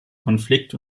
konflikt